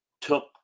took